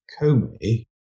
Comey